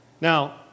Now